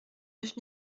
neuf